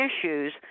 issues